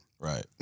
Right